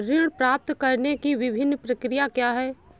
ऋण प्राप्त करने की विभिन्न प्रक्रिया क्या हैं?